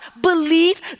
believe